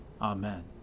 Amen